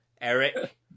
Eric